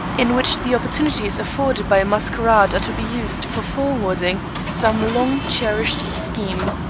in which the opportunities afforded by a masquerade are to be used for forwarding some long-cherished scheme.